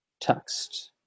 text